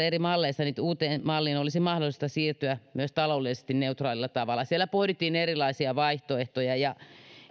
eri malleista että uuteen malliin olisi mahdollista siirtyä myös taloudellisesti neutraalilla tavalla siellä pohdittiin erilaisia vaihtoehtoja